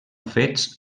fets